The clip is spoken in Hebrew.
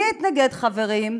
מי התנגד, חברים?